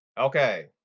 Okay